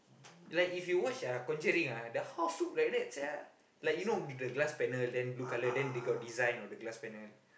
like if you watch uh Conjuring ah the house look like that sia like you know the glass panel then blue colour then they got design on the glass panel